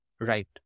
Right